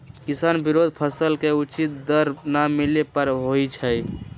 किसान विरोध फसल के उचित दर न मिले पर होई छै